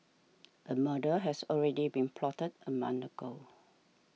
a murder has already been plotted a month ago